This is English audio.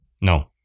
no